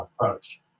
approach